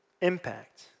impact